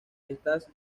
estas